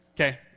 okay